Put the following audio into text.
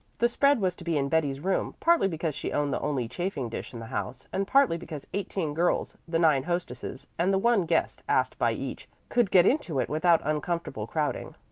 the spread was to be in betty's room, partly because she owned the only chafing-dish in the house, and partly because eighteen girls the nine hostesses and the one guest asked by each could get into it without uncomfortable crowding.